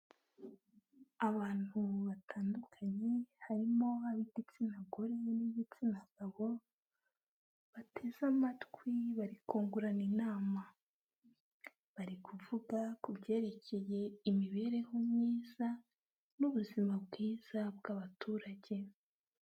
Abantu batandukanye harimo ab'igitsina gore n'ibitsina gabo, bateze amatwi bari kungurana inama, bari kuvuga ku byerekeye imibereho myiza n'ubuzima bwiza bw'abaturage.